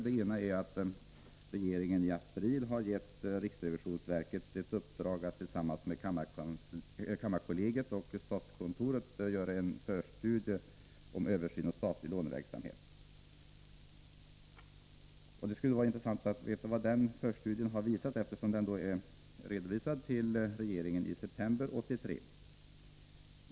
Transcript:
Det framhålls att regeringen i april gav riksrevisionsverket i uppdrag att i samarbete med kammarkollegiet och statskontoret göra en förstudie om översyn av statlig låneverksamhet. Eftersom förstudien redovisades för regeringen i september i år skulle det vara intressant att få veta vad den visar.